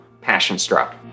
passion-struck